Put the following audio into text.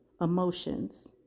emotions